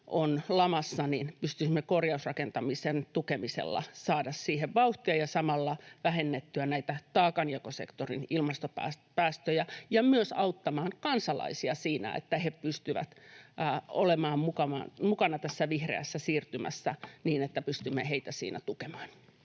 on lamassa, pystyisimme korjausrakentamisen tukemisella saamaan vauhtia ja samalla vähennettyä näitä taakanjakosektorin ilmastopäästöjä ja myös auttamaan kansalaisia siinä, että he pystyvät olemaan mukana tässä vihreässä siirtymässä niin, että pystymme heitä siinä tukemaan.